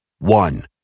One